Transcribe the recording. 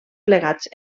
plegats